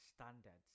standards